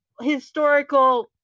historical